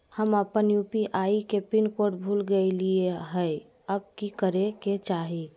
हम अपन यू.पी.आई के पिन कोड भूल गेलिये हई, अब की करे के चाही?